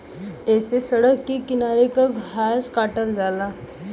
ऐसे सड़क के किनारे के घास काटल जाला